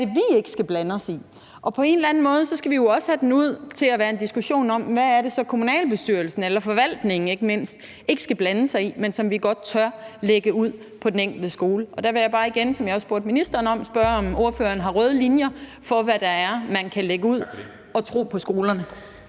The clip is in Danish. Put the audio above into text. det er, vi ikke skal blande os i. Og på en eller anden måde skal vi også have det bredt ud til at være en diskussion om, hvad det er, kommunalbestyrelsen og ikke mindst forvaltningen ikke skal blande sig i, men som vi godt tør lægge ud på den enkelte skole. Der vil jeg bare igen – som jeg også spurgte ministeren – spørge, om ordføreren har røde linjer for, hvad man kan lægge ud og tro på at skolerne